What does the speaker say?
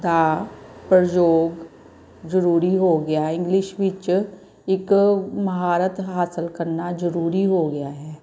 ਦਾ ਪ੍ਰਯੋਗ ਜ਼ਰੂਰੀ ਹੋ ਗਿਆ ਇੰਗਲਿਸ਼ ਵਿੱਚ ਇੱਕ ਮਹਾਰਤ ਹਾਸਲ ਕਰਨਾ ਜ਼ਰੂਰੀ ਹੋ ਗਿਆ ਹੈ